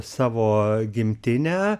savo gimtinę